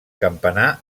campanar